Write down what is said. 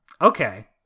Okay